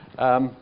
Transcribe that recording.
Yes